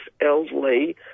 elderly